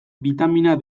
bitamina